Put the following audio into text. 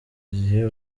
gihe